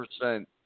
percent